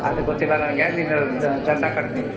ಅದು ಗೊತ್ತಿಲ್ಲ ನನಗೆ ನೀನು ದಂಡ ಕಟ್ಟು ನೀನು